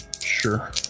sure